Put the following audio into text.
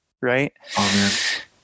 right